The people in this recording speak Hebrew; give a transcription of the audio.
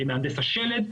מהנדס השלד.